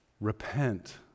repent